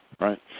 right